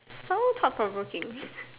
so thought provoking